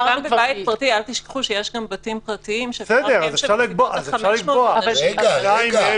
אל תשכחו שיש גם בתים פרטיים שאפשר לקיים שם מסיבות ל-500 אנשים.